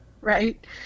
Right